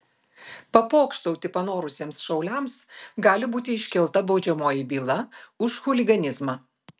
papokštauti panorusiems šauliams gali būti iškelta baudžiamoji byla už chuliganizmą